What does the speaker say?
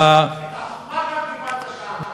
אתה קיבלת את הלגיטימציה באולימפוס?